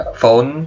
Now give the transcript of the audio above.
phone